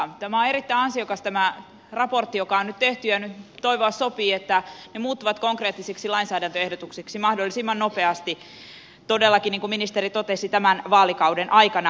tämä on erittäin ansiokas raportti joka on nyt tehty ja toivoa sopii että se muuttuu konkreettisiksi lainsäädäntöehdotuksiksi mahdollisimman nopeasti todellakin kuten ministeri totesi tämän vaalikauden aikana